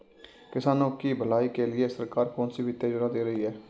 किसानों की भलाई के लिए सरकार कौनसी वित्तीय योजना दे रही है?